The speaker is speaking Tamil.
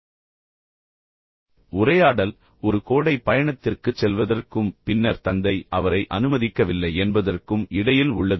ஏற்கனவே உங்களுக்கு பின்னணி தெரியும் எனவே உரையாடல் ஒரு கோடை பயணத்திற்குச் செல்வதற்கும் பின்னர் தந்தை அவரை அனுமதிக்கவில்லை என்பதற்கும் இடையில் உள்ளது